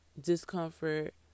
discomfort